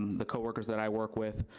the co-workers that i work with,